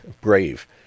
Brave